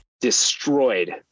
destroyed